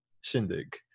shindig